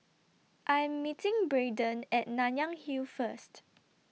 I Am meeting Brayden At Nanyang Hill First